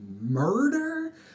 murder